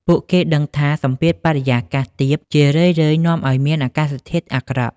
ពួកគេដឹងថា សម្ពាធបរិយាកាសទាប ជារឿយៗនាំឱ្យមានអាកាសធាតុអាក្រក់។